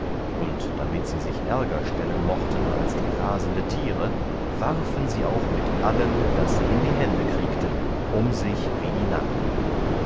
und damit sie sich ärger stellen möchten als die rasende tiere warfen sie auch mit allem das sie in die hände kriegten um sich wie die narren